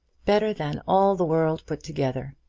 better than all the world put together.